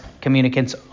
communicants